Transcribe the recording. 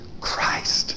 Christ